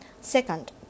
Second